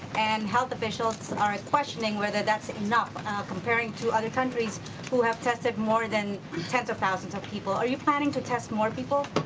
and health officials are questioning whether that's enough comparing to other countries who have tested more than tens of thousands of people. are you planning to test more people?